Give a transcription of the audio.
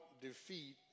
defeat